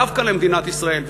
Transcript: דווקא למדינת ישראל,